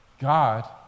God